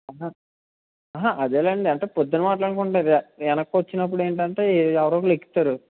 అదేలేండి అంటే ప్రొద్దున మాట్లాడుకుంటే అది వెనక్కి వచ్చినప్పుడు ఏంటంటే ఎవరో ఒకరు ఎక్కుతారు